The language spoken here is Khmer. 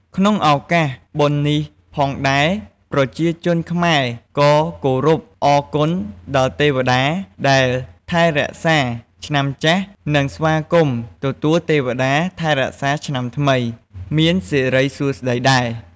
ក្នុងឱកាសបុណ្យនេះផងដែរ ប្រជាជនខ្មែរក៏គោរពអរគុណដល់ទេវតាដែលថែរក្សាឆ្នាំចាស់ និងស្វាគមន៏ទទួលទេវតាថែរក្សាឆ្នាំថ្មី មានសិរីសួស្ដីដែរ។